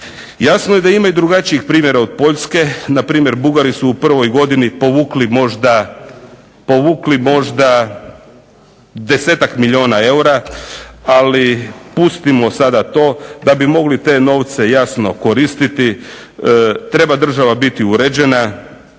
Jasno je da ima i drugačijih primjera od Poljske, na primjer Bugari su u prvoj godini povukli možda 10-tak milijuna eura ali pustimo sada to, da bi mogli te novce jasno koristiti, država treba biti uređena,